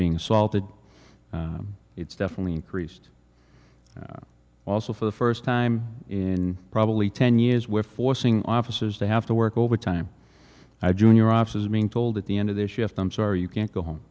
being salted it's definitely increased also for the first time in probably ten years we're forcing officers to have to work overtime i junior ops is being told at the end of their shift i'm sorry you can't go home